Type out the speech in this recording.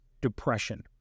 depression